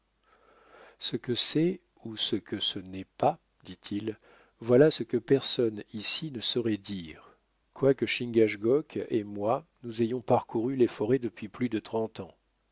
ce que c'est ou ce que ce n'est pas dit-il voilà ce que personne ici ne saurait dire quoique chingachgook et moi nous ayons parcouru les forêts depuis plus de trente ans